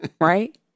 right